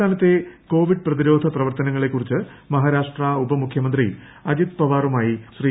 സംസ്ഥാനത്തെ കോവിഡ് പ്രതിരോധ പ്രവർത്തനങ്ങളെക്കുറിച്ച് മഹാരാഷ്ട്ര ഉപമുഖ്യമന്ത്രി അജിത് പവാറുമായി ശ്രീ